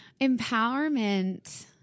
Empowerment